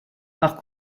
par